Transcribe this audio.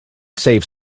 save